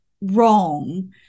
wrong